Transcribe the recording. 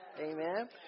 amen